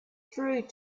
through